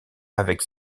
avec